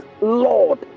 Lord